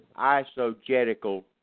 isogetical